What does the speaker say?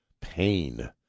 pain